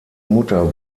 mutter